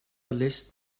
lässt